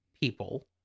people